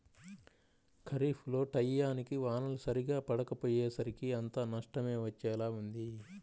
ఖరీఫ్ లో టైయ్యానికి వానలు సరిగ్గా పడకపొయ్యేసరికి అంతా నష్టమే వచ్చేలా ఉంది